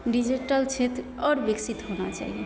digital क्षेत्र आओर बिकसित होना चाहिए